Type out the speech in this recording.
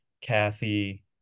Kathy